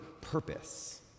purpose